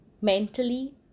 mentally